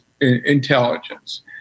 intelligence